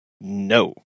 No